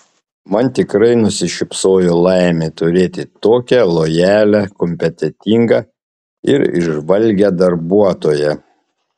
man tikrai nusišypsojo laimė turėti tokią lojalią kompetentingą ir įžvalgią darbuotoją